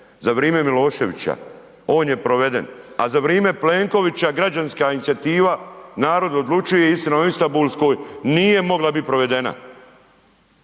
za vrijeme Miloševića, on je proveden. A za vrijeme Plenkovića Građanska inicijativa Narod odlučuje, Istina o istambulskoj, nije mogla biti prevedena.